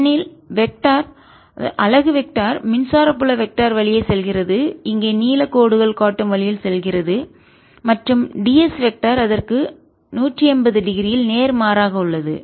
ஏனெனில் வெக்டர் அலகு வெக்டர் மின்சார புல வெக்டர் வெளியே செல்கிறதுஇங்கே நீல கோடுகள் காட்டும் வழியில் செல்கிறது மற்றும் ds வெக்டர் அதற்கு 180 டிகிரியில் நேர்மாறாக உள்ளது